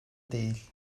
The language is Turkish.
değil